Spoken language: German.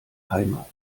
heimat